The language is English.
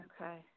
Okay